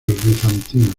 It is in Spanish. bizantino